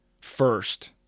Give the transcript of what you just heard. first